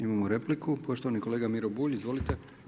Imamo repliku, poštovani kolega Miro Bulj, izvolite.